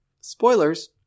Spoilers